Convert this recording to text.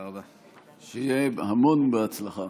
שיהיה המון בהצלחה.